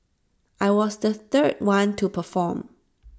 I was the third one to perform